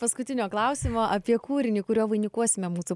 paskutinio klausimo apie kūrinį kuriuo vainikuosime mūsų